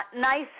Nice